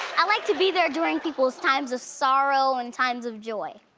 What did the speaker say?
i like to be there during people's times of sorrow and times of joy.